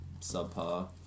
subpar